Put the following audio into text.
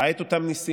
ראה את אותם ניסים,